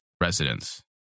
residents